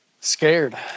Scared